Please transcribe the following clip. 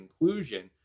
inclusion